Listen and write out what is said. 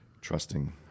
Trusting